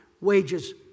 Wages